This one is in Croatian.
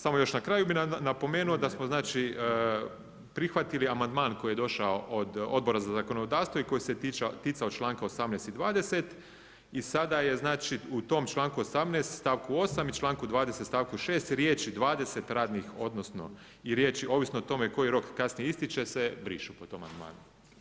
Samo još na kraju bi napomenuo da smo prihvatili amandman koji je došao od Odbora za zakonodavstvo i koji se ticao članka 18. i 20. i sada je u tom članku 18. stavku 8. i članku 20. stavku 6. riječ 20 radnih odnosno i riječ ovisno o tome koji rok kasnije ističe se brišu po tom amandmanu.